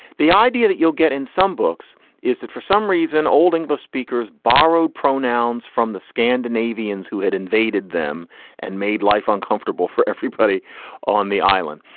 the idea that you'll get in some books is that for some reason old english speakers borrowed pronouns from the scandinavians who had invaded them and made life uncomfortable for everybody on the island.